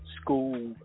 school